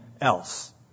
else